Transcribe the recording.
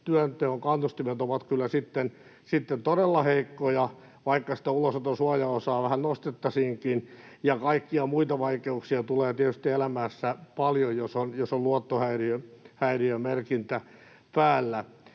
työnteon kannustimet ovat kyllä sitten todella heikkoja, vaikka sitä ulosoton suojaosaa vähän nostettaisiinkin. Ja kaikkia muita vaikeuksia tulee tietysti elämässä paljon, jos on luottohäiriömerkintä päällä.